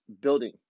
building